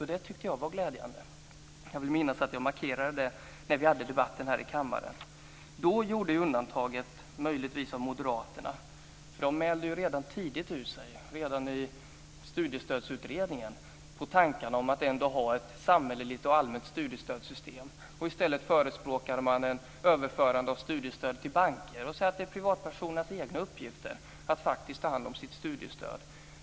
Det tyckte jag var glädjande. Jag vill minnas att jag markerade det när vi hade debatten här i kammaren. Då utgjordes undantaget möjligtvis av moderaterna. De mälde ju redan tidigt ut sig i Studiestödsutredningen när det gällde tankarna om att ändå ha ett samhälleligt och allmänt studiestödssystem. I stället förespråkade man en överföring av studiestödet till banker och sade att det var privatpersoners egen uppgift att faktiskt ta hand om sitt studiestöd.